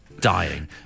dying